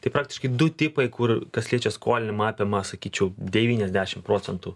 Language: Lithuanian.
tai praktiški du tipai kur kas liečia skolinimą apima sakyčiau devyniasdešimt procentų